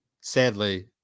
Sadly